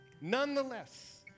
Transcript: Nonetheless